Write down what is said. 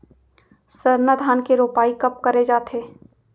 सरना धान के रोपाई कब करे जाथे?